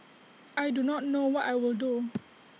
I do not know what I will do